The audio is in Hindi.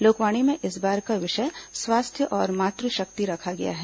लोकवाणी में इस बार का विषय स्वास्थ्य और मातृशक्ति रखा गया है